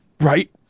Right